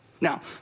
Now